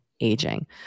aging